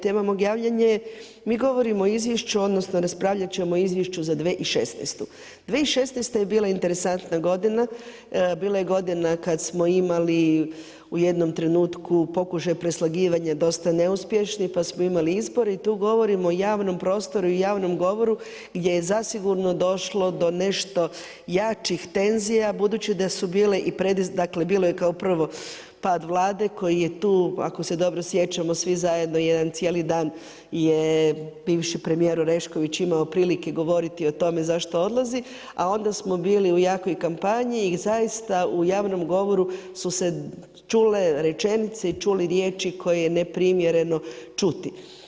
Tema mog javljanja je mi govorimo o izvješću, odnosno raspravljat ćemo o izvješću za 2016. 2016. je bila interesantna godina, bila je godina kad smo imali u jednom trenutku pokušaj preslagivanja dosta neuspješni, pa smo imali izbore i tu govorimo o javnom prostoru i javnom govoru gdje je zasigurno došlo do nešto jačih tenzija budući da je bio kao prvi pad Vlade koji je tu, ako se dobro sjećamo svi zajedno, jedan cijeli dan je bivši premijer Orešković imao prilike govoriti o tome zašto odlazi a onda smo bili u jakoj kampanji i zaista u javnom govoru su se čule rečenice i čule riječi koje je neprimjereno čuti.